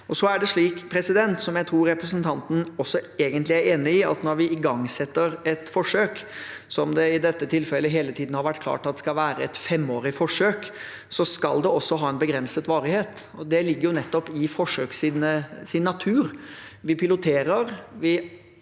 Så er det slik, som jeg tror representanten også egentlig er enig i, at når vi igangsetter et forsøk, som det i dette tilfellet hele tiden har vært klart at skal være et femårig forsøk, skal det også ha en begrenset varighet, og det ligger nettopp i et forsøks natur. Vi piloterer, vi avslutter,